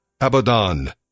Abaddon